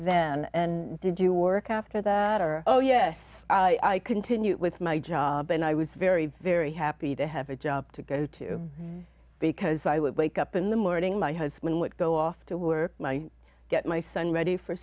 then and did you work after that or oh yes i continued with my job and i was very very happy to have a job to go to because i would wake up in the morning my husband would go off to work my get my son ready for